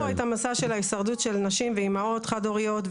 אמרו פה את המסע של ההישרדות של נשים ואימהות חד-הוריות.